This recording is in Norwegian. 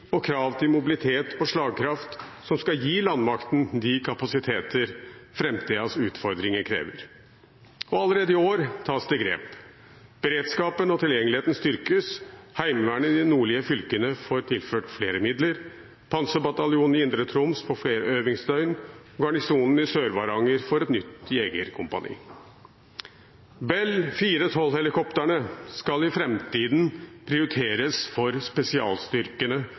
og krav til mobilitet og slagkraft, som skal gi landmakten de kapasiteter framtidens utfordringer krever. Allerede i år tas det grep. Beredskapen og tilgjengeligheten styrkes, Heimevernet i de nordlige fylkene får tilført flere midler, Panserbataljonen i Indre Troms får flere øvingsdøgn, og Garnisonen i Sør-Varanger får et nytt jegerkompani. Bell 412-helikoptrene skal i framtiden prioriteres for spesialstyrkene